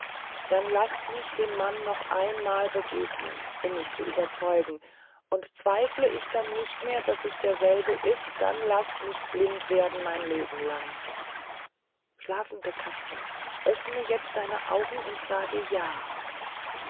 dann laßt mich dem mann noch einmal begegnen um mich zu überzeugen und zweifle ich dann nicht mehr daß es derselbe ist dann laßt mich blind werden mein leben lang schlafende katze öffne jetzt deine augen und sage ja